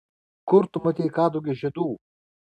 kur tu matei kadugio žiedų